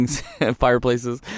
fireplaces